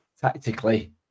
tactically